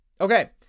Okay